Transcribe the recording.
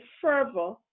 fervor